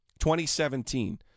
2017